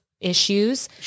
issues